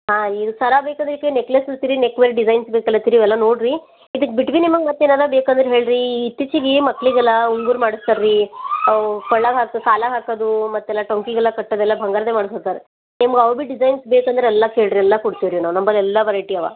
ಹಾಂ ಇದು ಸರ ಬೇಕಾದ್ರೆಕ ನೆಕ್ಲೆಸಿತ್ತುರಿ ನೆಕ್ ಮೇಲ್ ಡಿಸೈನ್ಸ್ ಬೇಕಲತ್ತಿರಿ ಇವೆಲ್ಲ ನೋಡಿರಿ ಇದಕ್ಕೆ ಬಿಟ್ಟು ಭಿ ನಿಮಗೆ ಮತ್ತು ಏನಾರು ಬೇಕಂದ್ರೆ ಹೇಳಿರಿ ಇತ್ತೀಚಿಗೆ ಮಕ್ಕಳಿಗೆಲ್ಲಾ ಉಂಗುರ ಮಾಡಸ್ತಾರೆ ರೀ ಅವು ಕೊಳ್ಳಾಗೆ ಹಾಕದು ಕಾಲಗೆ ಹಾಕೋದು ಮತ್ತೆಲ್ಲ ಟೊಂಕಿಗೆಲ್ಲ ಕಟ್ಟೋದೆಲ್ಲ ಬಂಗಾರದ್ದೇ ಮಾಡ್ಸಿರ್ತಾರೆ ನಿಮ್ಗೆ ಅವು ಭಿ ಡಿಸೈನ್ಸ್ ಬೇಕಂದ್ರೆ ಎಲ್ಲ ಕೇಳಿರಿ ಎಲ್ಲ ಕೊಡ್ತಿವಿರಿ ನಾವು ನಮ್ಮಲ್ಲಿ ಎಲ್ಲ ವೆರೈಟಿ ಅವೆ